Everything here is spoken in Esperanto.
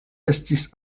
estis